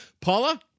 Paula